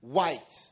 white